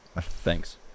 Thanks